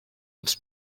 its